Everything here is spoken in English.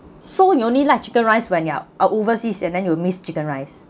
so you only like chicken rice when you are overseas and then you will miss chicken rice